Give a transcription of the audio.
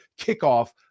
kickoff